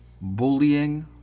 Bullying